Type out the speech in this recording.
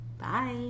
bye